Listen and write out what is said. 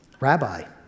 Rabbi